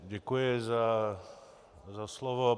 Děkuji za slovo.